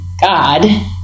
God